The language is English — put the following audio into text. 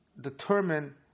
determine